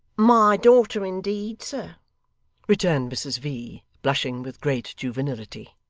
my daughter, indeed, sir returned mrs v, blushing with great juvenility.